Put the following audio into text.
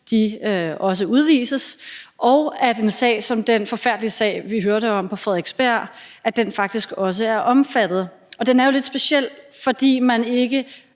også udvises, og at en sag som den forfærdelige sag på Frederiksberg, vi hørte om, faktisk også er omfattet. Og den er jo lidt speciel, fordi der ikke